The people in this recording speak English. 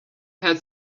had